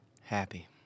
happy